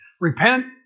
repent